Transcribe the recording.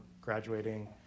graduating